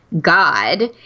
God